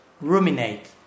ruminate